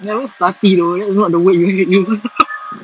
you're not slutty though that's not the word you should use